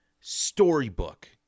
storybook